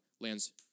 lands